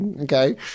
okay